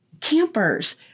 campers